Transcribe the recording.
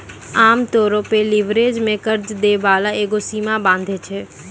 आमतौरो पे लीवरेज मे कर्जा दै बाला एगो सीमा बाँधै छै